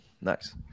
Nice